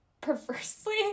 perversely